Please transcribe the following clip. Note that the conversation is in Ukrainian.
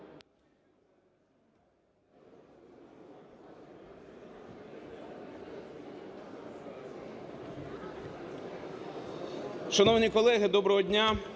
Шановні колеги, доброго дня!